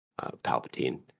Palpatine